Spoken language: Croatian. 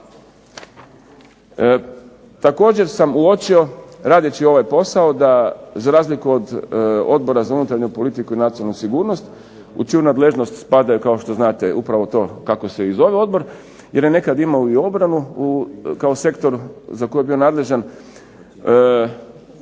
Također sam uočio radeći ovaj posao da za razliku od Odbora za unutarnju politiku i nacionalnu sigurnost u čiju nadležnost spadaju kao što znate upravo to kako se i zove odbor jer je nekad imao i obranu kao sektor za koji je bio nadležan.